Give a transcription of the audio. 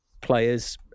players